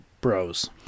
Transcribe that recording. Bros